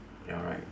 you're right